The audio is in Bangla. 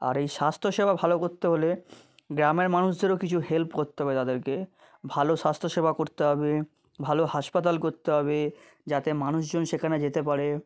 আর এই স্বাস্থ্য সেবা ভালো করতে হলে গ্রামের মানুষদেরও কিছু হেল্প করতে হবে তাদেরকে ভালো স্বাস্থ্য সেবা করতে হবে ভালো হাসপাতাল করতে হবে যাতে মানুষজন সেখানে যেতে পারে